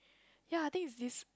ya I think it's this